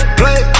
play